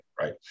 right